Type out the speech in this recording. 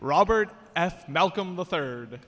robert f malcolm the third